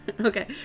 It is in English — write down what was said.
Okay